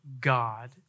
God